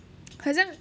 很像